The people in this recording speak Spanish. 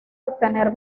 obtener